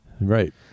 Right